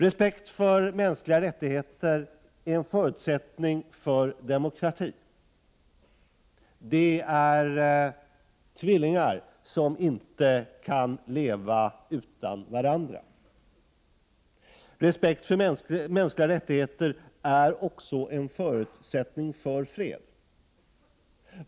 Respekt för mänskliga rättigheter är en förutsättning för demokrati, de är tvillingar som inte kan leva utan varandra. Respekt för mänskliga rättigheter är också en förutsättning för fred.